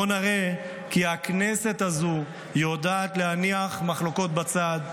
בואו נראה כי הכנסת הזו יודעת להניח מחלוקות בצד,